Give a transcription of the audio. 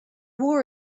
war